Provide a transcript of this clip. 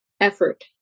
effort